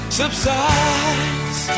subsides